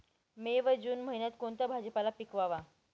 मे व जून महिन्यात कोणता भाजीपाला पिकवावा?